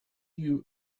you